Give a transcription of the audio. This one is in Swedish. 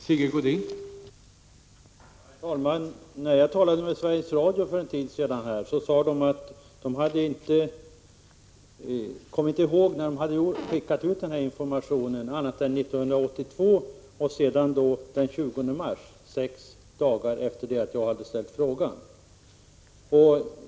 Herr talman! När jag för en tid sedan talade med Sveriges Radio kom man där inte ihåg när man hade skickat ut informationen om rätt till ATP-poäng vid vård av minderårigt barn, annat än 1982 och den 20 mars, sex dagar efter det att jag hade ställt min fråga.